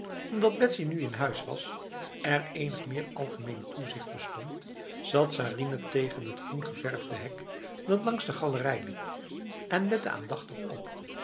omdat nu betsy in huis was er enig meer algemeen toezicht bestond zat sarinah tegen het groengeverfde hek dat langs de galerij liep en lette aandachtig op